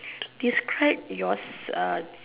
describe yours